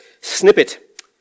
snippet